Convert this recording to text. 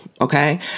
Okay